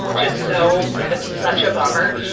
just so, it's such a bummer.